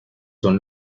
son